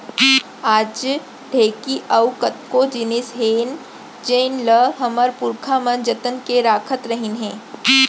आज ढेंकी अउ कतको जिनिस हे जेन ल हमर पुरखा मन जतन के राखत रहिन हे